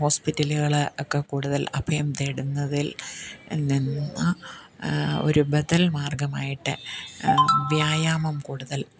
ഹോസ്പിറ്റലുകൾ ഒക്കെ കൂടുതൽ അഭയം തേടുന്നതിൽ നിന്ന് ഒരു ബദൽ മാർഗ്ഗമായിട്ട് വ്യായാമം കൂടുതൽ